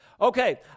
Okay